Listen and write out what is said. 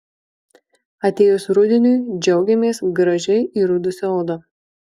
atėjus rudeniui džiaugiamės gražiai įrudusia oda